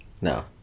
No